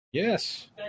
Yes